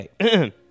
Okay